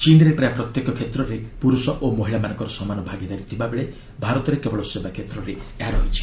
ଚୀନ୍ରେ ପ୍ରାୟ ପ୍ରତ୍ୟେକ କ୍ଷେତ୍ରରେ ପୁରୁଷ ଓ ମହିଳାମାନଙ୍କର ସମାନ ଭାଗିଦାରୀ ଥିବା ବେଳେ ଭାରତରେ କେବଳ ସେବା କ୍ଷେତ୍ରରେ ଏହା ରହିଛି